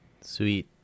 Sweet